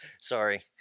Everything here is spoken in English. Sorry